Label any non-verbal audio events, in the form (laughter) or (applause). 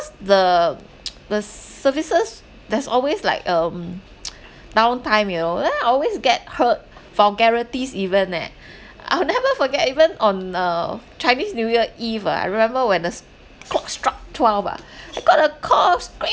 the (noise) the se~ services there's always like um (noise) downtime you know then I always get hurt vulgarities even eh I'll never forget (laughs) even on uh chinese new year eve ah I remember when the s~ clock struck twelve ah I got a call screaming